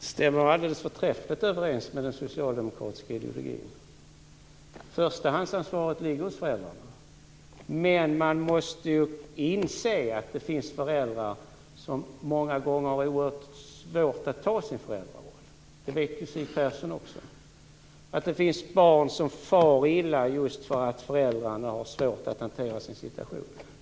Fru talman! Det stämmer alldeles förträffligt överens med den socialdemokratiska ideologin. Förstahandsansvaret ligger hos föräldrarna. Men man måste inse att det finns föräldrar som många gånger har det oerhört svårt att klara sin föräldraroll. Det vet ju Siw Persson också. Det finns barn som far illa just därför att föräldrarna har svårt att hantera sin situation.